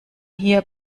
hier